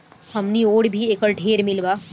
हमनी ओर भी एकर ढेरे मील बा